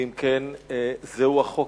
ואם כן, זהו החוק,